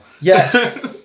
yes